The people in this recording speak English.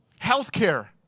Healthcare